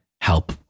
help